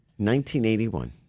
1981